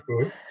good